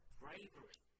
bravery